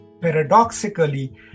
paradoxically